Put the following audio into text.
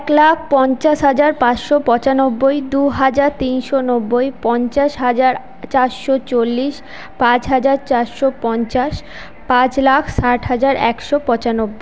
এক লাখ পঞ্চাশ হাজার পাঁচশো পঁচানব্বই দুহাজার তিনশো নব্বই পঞ্চাশ হাজার চারশো চল্লিশ পাঁচ হাজার চারশো পঞ্চাশ পাঁচ লাখ ষাট হাজার একশো